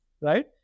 right